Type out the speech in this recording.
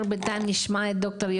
אמא